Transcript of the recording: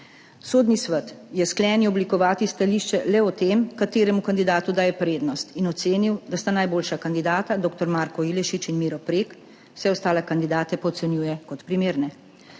Sodni svet je sklenil oblikovati stališče le o tem, kateremu kandidatu daje prednost, in ocenil, da sta najboljša kandidata dr. Marko Ilešič in Miro Prek, vse ostale kandidate pa ocenjuje kot primerne.